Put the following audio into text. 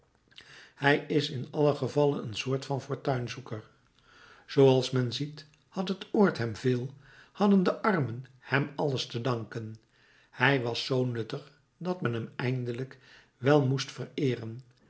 hij is in allen gevalle een soort van fortuinzoeker zooals men ziet had het oord hem veel hadden de armen hem alles te danken hij was zoo nuttig dat men hem eindelijk wel moest vereeren